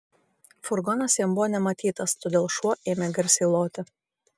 furgonas jam buvo nematytas todėl šuo ėmė garsiai loti